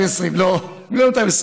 1.22 מיליון.